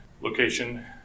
location